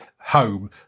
home